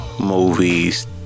movies